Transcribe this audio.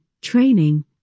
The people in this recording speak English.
training